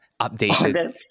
updated